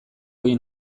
egin